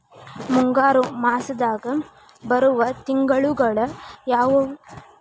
ಮುಂಗಾರು ಮಾಸದಾಗ ಬರುವ ತಿಂಗಳುಗಳ ಯಾವವು?